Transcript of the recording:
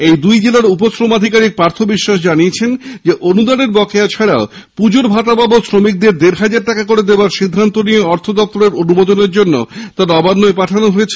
এই দুই জেলার উপ শ্রম আধিকারিক পার্থ বিশ্বাস জানিয়েছেন অনুদানে বকেয়া ছাড়াও পুজোর ভাতা বাবদ শ্রমিকদের দেড় হাজার টাকা করে দেওয়ার সিদ্ধান্ত নিয়ে অর্থ দপ্তরের অনুমোদনের জন্যে তা নবান্নে পাঠানো হয়েছে